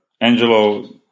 Angelo